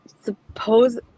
suppose